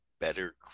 better